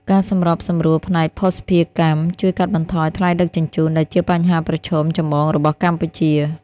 ការសម្របសម្រួលផ្នែកភស្តុភារកម្មជួយកាត់បន្ថយថ្លៃដឹកជញ្ជូន ដែលជាបញ្ហាប្រឈមចម្បងរបស់កម្ពុជា។